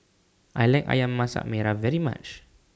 I like Ayam Masak Merah very much